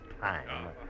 time